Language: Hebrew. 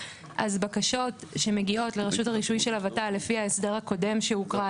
אז בקשות שמגיעות לרשות הרישוי של הוות"ל לפי ההסדר הקודם שהוקרא,